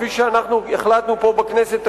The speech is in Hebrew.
כפי שאנחנו החלטנו פה בכנסת,